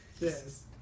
Yes